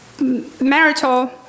marital